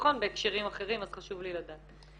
וביטחון בהקשרים אחרים אז חשוב לי לדעת.